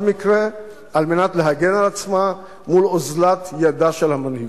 מקרה על מנת להגן על עצמה מול אוזלת ידה של המנהיגות.